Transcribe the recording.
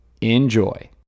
Enjoy